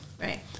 Right